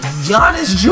Giannis